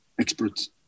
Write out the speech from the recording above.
experts